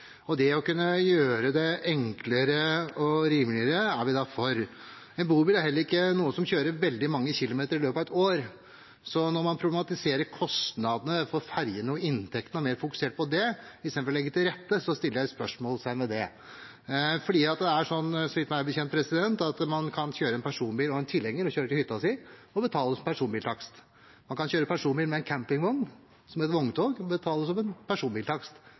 mer. Det å kunne gjøre det enklere og rimeligere er vi da for. En bobil er heller ikke noe man kjører veldig mange kilometer med i løpet av et år, så når man problematiserer kostnadene på fergene og inntektene og er mer fokusert på det enn å legge til rette, setter jeg et spørsmålstegn ved det. For så vidt meg bekjent er det slik at man kan kjøre en personbil med tilhenger til hytta si og betale personbiltakst. Man kan kjøre personbil med campingvogn, som er et vogntog, og betale personbiltakst,